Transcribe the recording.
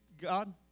God